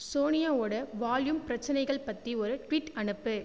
சோனியோடய volume பிரச்சனைகள் பற்றி ஒரு ட்வீட் அனுப்பு